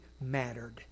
mattered